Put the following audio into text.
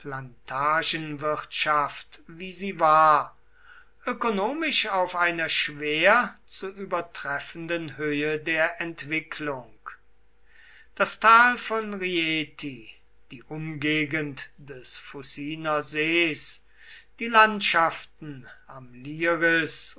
plantagenwirtschaft wie sie war ökonomisch auf einer schwer zu übertreffenden höhe der entwicklung das tal von rieti die umgegend des fuciner sees die landschaften am liris